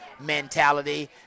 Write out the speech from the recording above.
mentality